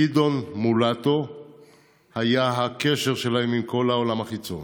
גדעון מולטו היה הקשר שלהם עם כל העולם החיצון.